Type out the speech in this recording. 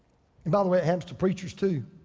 and the way it happens to preachers too.